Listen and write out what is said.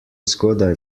zgodaj